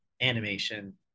animation